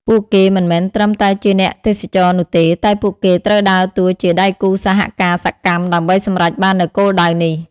ពួកគេមិនមែនត្រឹមតែជាអ្នកទេសចរនោះទេ តែពួកគេត្រូវដើរតួជាដៃគូសហការសកម្មដើម្បីសម្រេចបាននូវគោលដៅនេះ។